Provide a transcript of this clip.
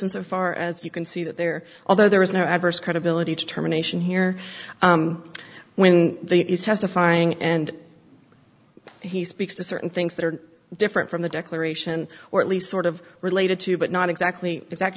insofar as you can see that there although there is no adverse credibility to terminations here when there is testifying and he speaks to certain things that are different from the declaration or at least sort of related to but not exactly i